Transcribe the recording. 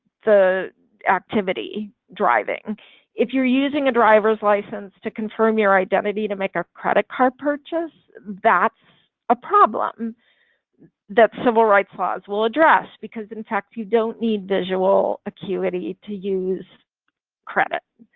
the activity driving if you're using a driver's license to confirm your identity to make a credit card purchase that's a problem that civil rights laws will address because in fact you don't need visual acuity to use credit,